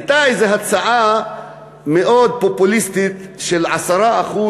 הייתה איזו הצעה מאוד פופוליסטית של 10%